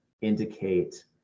indicate